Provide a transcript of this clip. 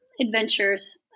adventures